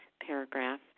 Paragraph